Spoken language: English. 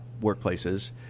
workplaces